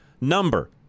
number